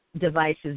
devices